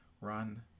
run